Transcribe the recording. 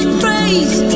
praise